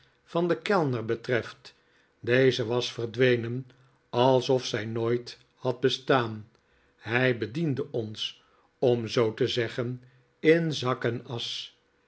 van den kellner betreft deze was verdwenen alsof zij nooit had bestaan hij bediende ons om zoo te zeggen in zak en asch